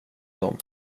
dem